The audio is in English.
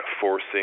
forcing